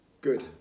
Good